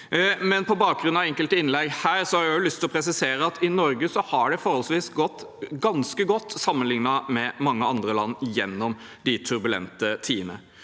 men på bakgrunn av enkelte innlegg her har jeg lyst til å presisere at i Norge har det gått forholdsvis godt sammenlignet med mange andre land gjennom de turbulente tidene.